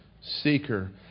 seeker